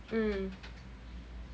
mm